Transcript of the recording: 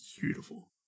Beautiful